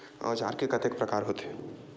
औजार के कतेक प्रकार होथे?